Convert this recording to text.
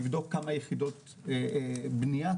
לבדוק כמה יחידות בניה,